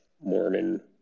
Mormon